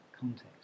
context